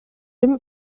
jim